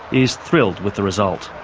is thrilled with the result.